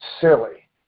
silly